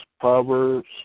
Proverbs